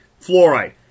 Fluoride